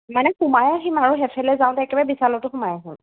মানে সোমাই আহিম আৰু সেইফালে যাওঁতে একোৰে বিশালতো সোমাই আহিম